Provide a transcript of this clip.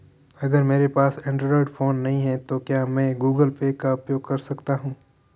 अगर मेरे पास एंड्रॉइड फोन नहीं है तो क्या मैं गूगल पे का उपयोग कर सकता हूं?